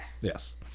Yes